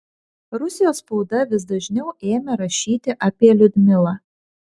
rusijos spauda vis dažniau ėmė rašyti apie liudmilą